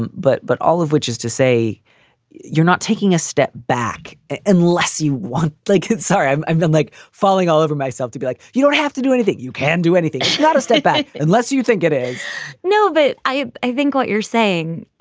and but but all of which is to say you're not taking a step back unless you want. like. sorry, i've and been like falling all over myself to be like you have to do anything. you can do anything you to stay back unless you think it is no, but i i think what you're saying.